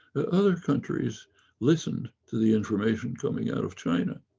other countries listened to the information coming out of china.